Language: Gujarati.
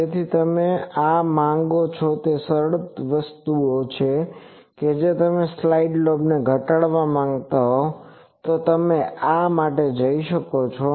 તેથી જો તમે આ કરવા માંગો છો તે સરળ વસ્તુઓ છે કે જો તમે સાઇડ લોબ્સ ને ઘટાડવા માંગતા હો તો તમે આ માટે જઈ શકો છો